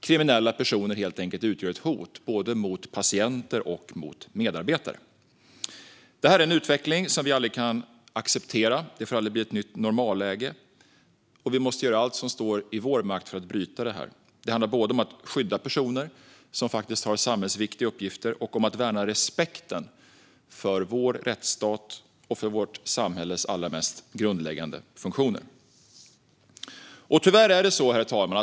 Kriminella personer utgör helt enkelt ett hot mot både patienter och medarbetare där. Detta är något som vi de senaste åren har fått vänja oss vid. Denna utveckling kan vi aldrig acceptera. Det får aldrig bli ett nytt normalläge. Vi måste göra allt som står i vår makt för att bryta detta. Det handlar både om att skydda personer som har samhällsviktiga uppgifter och om att värna respekten för rättsstaten och samhällets allra mest grundläggande funktioner. Herr talman!